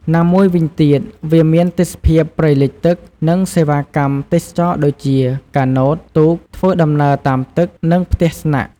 ណាមួយវិញទៀត វាមានទេសភាពព្រៃលិចទឹក និងសេវាកម្មទេសចរណ៍ដូចជា កាណូត ទូក ធ្វើដំណើរតាមទឹក និងផ្ទះស្នាក់។